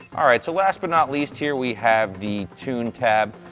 all right, so last but not least here, we have the tune tab.